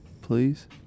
please